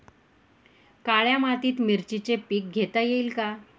काळ्या मातीत मिरचीचे पीक घेता येईल का?